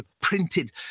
printed